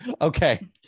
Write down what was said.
Okay